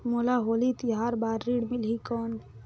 मोला होली तिहार बार ऋण मिलही कौन?